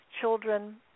children